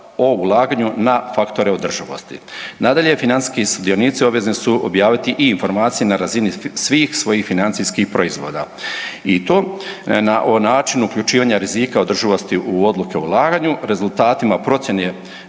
o ulaganju na faktore održivosti. Nadalje, financijski sudionici obvezni su objaviti i informacije na razini svih svojih financijskih proizvoda i to o načinu uključivanja rizika održivosti u odluke o ulaganju, rezultatima procjene